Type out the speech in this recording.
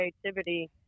creativity